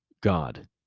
God